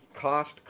cost